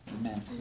amen